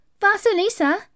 Vasilisa